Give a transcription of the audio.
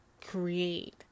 create